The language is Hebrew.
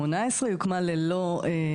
המנהלת הוקמה ב-2018, היא הוקמה ללא תקציבים,